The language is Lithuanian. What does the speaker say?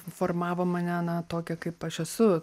formavo mane na tokią kaip aš esu